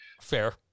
Fair